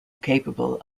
capable